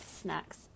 snacks